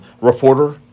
Reporter